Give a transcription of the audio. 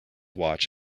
watch